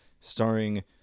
starring